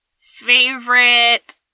favorite